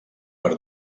per